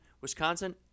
Wisconsin